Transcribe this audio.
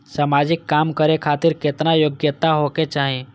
समाजिक काम करें खातिर केतना योग्यता होके चाही?